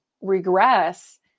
regress